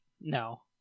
No